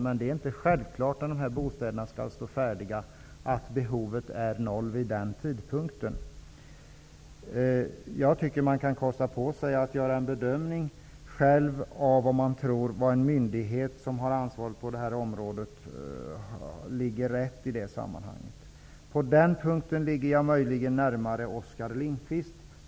Men det är inte självklart att behovet är noll vid den tidpunkt då dessa bostäder skulle stå färdiga. Jag tycker att man kan kosta på sig att själv göra en bedömning av om man tror att myndigheten som har ansvar för området gör rätt. På den punkten ligger jag möjligen närmare Oskar Lindkvist.